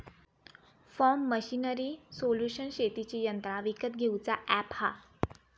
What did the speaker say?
form machinery solution शेतीची यंत्रा विकत घेऊचा अॅप हा